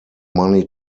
money